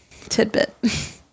tidbit